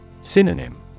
Synonym